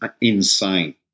insane